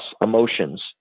emotions